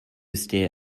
stare